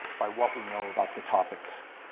by what we know about the topics.